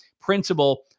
principle